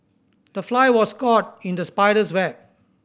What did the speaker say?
the fly was caught in the spider's web